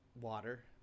Water